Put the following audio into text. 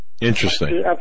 Interesting